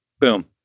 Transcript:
Boom